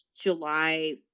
July